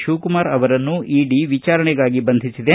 ಶಿವಕುಮಾರ್ರನ್ನು ED ವಿಚಾರಣೆಗಾಗಿ ಬಂಧಿಸಿದೆ